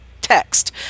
text